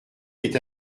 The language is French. est